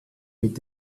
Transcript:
mit